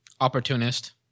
Opportunist